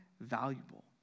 valuable